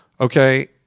okay